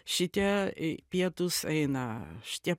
šitie į pietus eina šitie